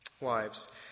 Wives